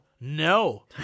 no